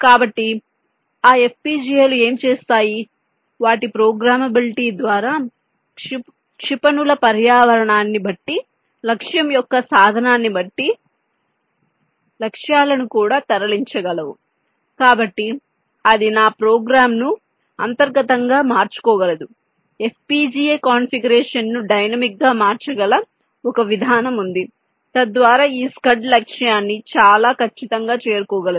కాబట్టి ఆ FPGA లు ఏమి చేస్తాయి వాటి ప్రోగ్రామబిలిటీ ద్వారా క్షిపణులు పర్యావరణాన్ని బట్టి లక్ష్యం యొక్క స్థానాన్ని బట్టి లక్ష్యాలను కూడా తరలించగలవు కాబట్టి అది దాని ప్రోగ్రామ్ను అంతర్గతంగా మార్చుకోగలదు FPGA కాన్ఫిగరేషన్ను డైనమిక్గా మార్చగల ఒక విధానం ఉంది తద్వారా ఈ స్కడ్ లక్ష్యాన్ని చాలా ఖచ్చితంగా చేరుకోగలదు